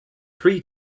pre